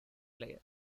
player